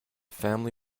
family